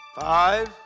Five